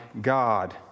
God